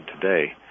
today